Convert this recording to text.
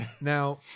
Now